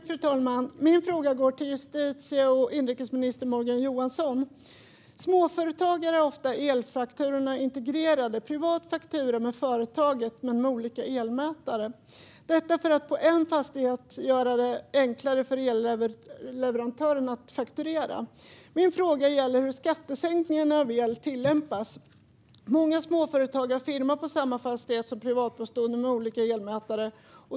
Fru talman! Min fråga går till justitie och inrikesminister Morgan Johansson. Småföretagare har ofta elfakturorna integrerade - det är en privat faktura och företagets - men olika elmätare. På det sättet gör man det i en fastighet enklare för elleverantören att fakturera. Min fråga gäller hur skattesänkningarna när det gäller el tillämpas. Många småföretagare har firma i den fastighet som är privatbostad, och de har olika elmätare.